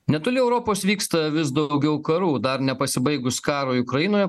netoli europos vyksta vis daugiau karų dar nepasibaigus karui ukrainoj